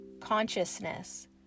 Consciousness